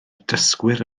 dysgwyr